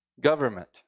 government